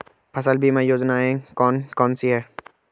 फसल बीमा योजनाएँ कौन कौनसी हैं?